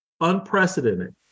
unprecedented